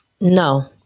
No